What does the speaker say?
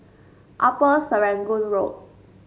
Upper Serangoon Road